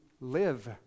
live